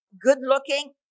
good-looking